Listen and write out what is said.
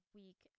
week